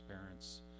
parents